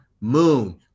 moon